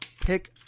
pick